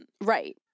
Right